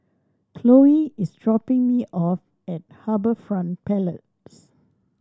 Chloie is dropping me off at HarbourFront Palace